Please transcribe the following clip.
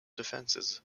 defenses